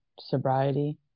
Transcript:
sobriety